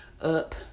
up